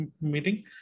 meeting